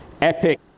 Epic